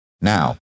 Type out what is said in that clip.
Now